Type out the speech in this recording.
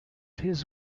his